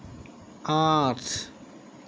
আঠ